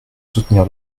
soutenir